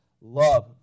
love